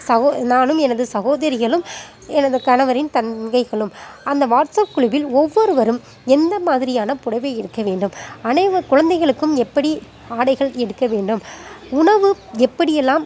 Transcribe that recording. சகோ நானும் எனது சகோதரிகளும் எனது கணவரின் தங்கைகளும் அந்த வாட்ஸ்அப் குழுவில் ஒவ்வொருவரும் எந்த மாதிரியான புடவை எடுக்க வேண்டும் அனைவ குழந்தைகளுக்கும் எப்படி ஆடைகள் எடுக்க வேண்டும் உணவு எப்படி எல்லாம்